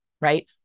right